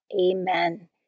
Amen